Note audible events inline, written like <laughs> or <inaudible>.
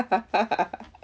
<laughs>